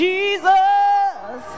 Jesus